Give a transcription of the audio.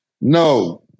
no